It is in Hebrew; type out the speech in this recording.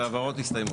ההבהרות הסתיימו.